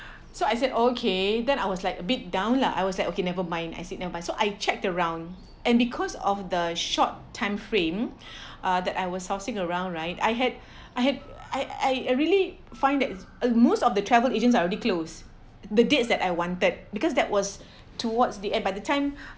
so I said okay then I was like a bit down lah I was like okay never mind I said ever mind so I check around and because of the short time frame uh that I was housing around right I had I had I I really find that is uh most of the travel agents already close the dates that I wanted because that was towards the end by the time